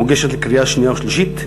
מוגשת לקריאה שנייה ושלישית היום,